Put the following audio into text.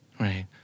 Right